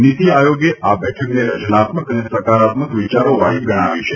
નીતી આયોગે આ બેઠકને રચનાત્મક તથા સકારાત્મક વિચારોવાળી ગણાવી છે